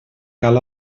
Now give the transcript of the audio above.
cal